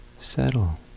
settle